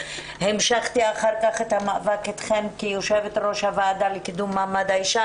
והמשכתי אחר כך את המאבק אתכן כיושבת-ראש הוועדה לקידום מעמד האישה,